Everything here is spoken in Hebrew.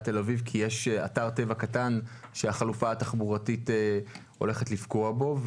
תל אביב כי יש אתר טבע קטן שהחלופה התחבורתית הולכת לפגוע בו,